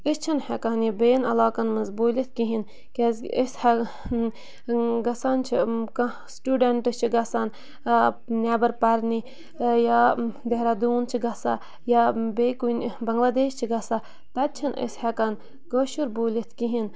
أسۍ چھِنہٕ ہٮ۪کان یہِ بیٚیَن علاقَن منٛز بوٗلِتھ کِہیٖنۍ کیٛازِکہِ أسۍ ہیٚک گژھان چھِ کانٛہہ سٹوٗڈَنٛٹ چھِ گژھان نٮ۪بَر پَرنہِ یا دہرادوٗن چھِ گژھان یا بیٚیہِ کُنہِ بَنٛگلادیش چھِ گژھان تَتہِ چھِنہٕ أسۍ ہٮ۪کان کٲشُر بوٗلِتھ کِہیٖنۍ